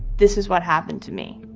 this is what happened to me.